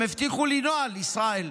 הם הבטיחו לי נוהל, ישראל,